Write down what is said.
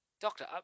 Doctor